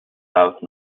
south